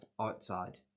outside